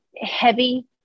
heavy